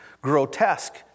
grotesque